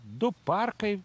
du parkai